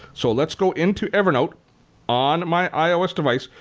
so let's go into evernote on my ios device,